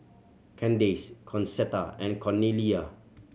Kandace Concetta and Cornelia